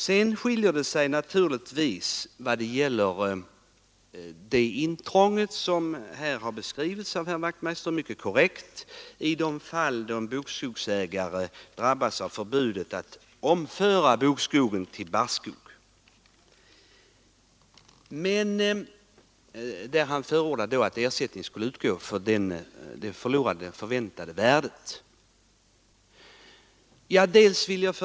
Vidare skiljer sig reservanternas förslag från utskottsmajoritetens i fråga om det intrång — detta har herr Wachtmeister beskrivit mycket korrekt — som en bokskogsägare får vidkännas då han drabbas av förbudet att omföra bokskogen till barrskog. Herr Wachtmeister förordar att ersättning då skall utgå för det förlorade förväntningsvärdet.